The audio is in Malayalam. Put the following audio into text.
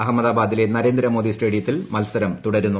അഹമ്മദാബാദിലെ നരേന്ദ്രമോദി സ്റ്റേഡിയത്തിൽ മത്സരം തുടരുന്നു